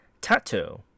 Tattoo